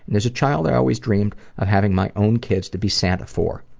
and as a child i always dreamed of having my own kids to be santa for.